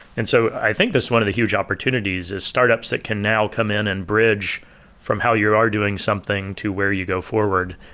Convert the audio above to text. and so i think this is one of the huge opportunities is startups that can now come in and bridge from how you are doing something to where you go forward.